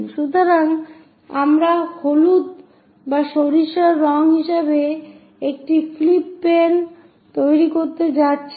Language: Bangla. সুতরাং আমরা হলুদ বা সরিষার রঙ হিসাবে একটি ফ্লিপ প্লেন তৈরি করতে যাচ্ছি